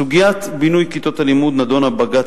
סוגיית בינוי כיתות הלימוד נדונה בבג"ץ.